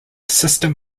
system